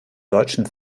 deutschen